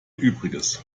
übriges